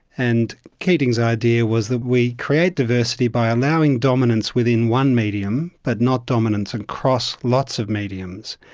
and keating's idea was that we create diversity by allowing dominance within one medium but not dominance across lots of mediums.